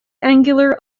angular